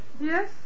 Yes